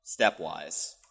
stepwise